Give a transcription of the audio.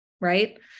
right